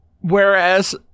Whereas